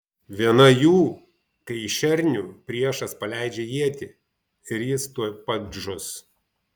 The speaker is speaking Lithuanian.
viena jų kai į šernių priešas paleidžia ietį ir jis tuoj pat žus